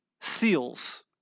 seals